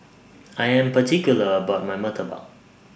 I Am particular about My Murtabak